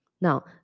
Now